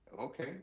Okay